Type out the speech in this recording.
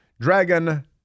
Dragon